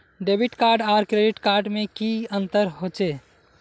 Debit card आर credit card में की अंतर होचे?